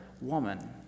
Woman